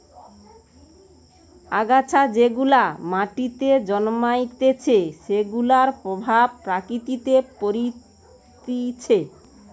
আগাছা যেগুলা মাটিতে জন্মাইছে সেগুলার প্রভাব প্রকৃতিতে পরতিছে